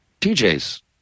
TJ's